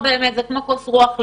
זה כמו כוסות רוח למת,